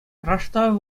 раштав